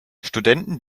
studenten